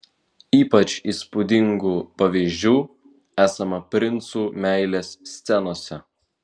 ypač įspūdingų pavyzdžių esama princų meilės scenose